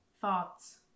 thoughts